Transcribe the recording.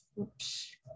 oops